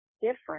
different